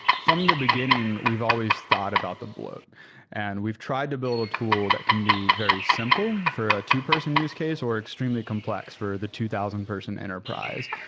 from the beginning, we've always thought about the bloat and we've tried to build a tool that can be very simple for a two-person use case or extremely complex for the two thousand person enterprise.